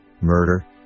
murder